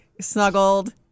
snuggled